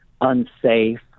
unsafe